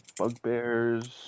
bugbears